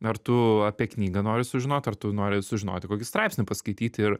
ar tu apie knygą nori sužinot ar tu nori sužinoti kokį straipsnį paskaityt ir